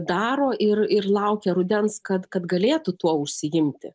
daro ir ir laukia rudens kad kad galėtų tuo užsiimti